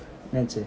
என்னாச்சு:ennachi